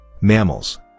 mammals